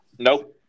No